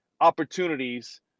opportunities